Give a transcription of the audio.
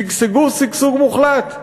שגשגו שגשוג מוחלט.